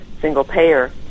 single-payer